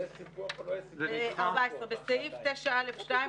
הסתייגות 14: בסעיף 9(א)(2),